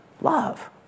love